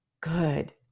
good